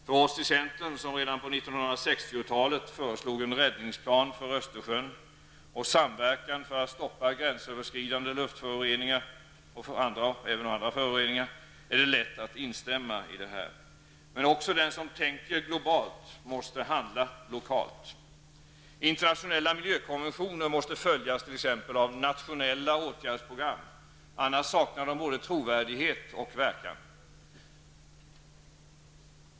För oss i centern, som redan på 1960-talet föreslog en räddningsplan för Östersjön och en samverkan för att stoppa gränsöverskridande luftföroreningar och andra föroreningar, är det lätt att instämma. Men också den som tänker globalt måste handla lokalt. Internationella miljökonventioner måste följas t.ex. av nationella åtgärdsprogram -- annars saknar de både trovärdighet och verkan.